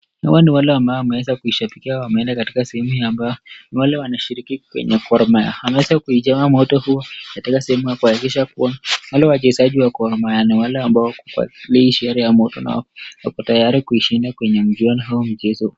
Hawa ni wale ambao wameweza kuashabikia wameenda mbaka sehemu ambayo, ni wale wanashiriki gor mahia wameweza kuijanga moto huo, katika sehemu ya kuakikisha kuwa wale wachezaji wa gor mahia ya wale ambao wako tayari kushinda kwenye mchezo.